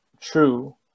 true